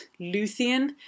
Luthien